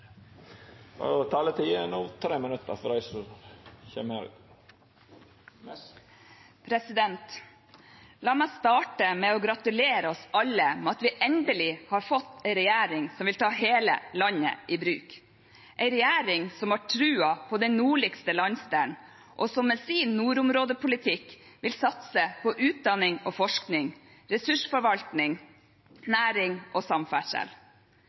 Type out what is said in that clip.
La meg starte med å gratulere oss alle med at vi endelig har fått en regjering som vil ta hele landet i bruk, en regjering som har troen på den nordligste landsdelen, og som med sin nordområdepolitikk vil satse på utdanning og forskning, ressursforvaltning, næring og samferdsel.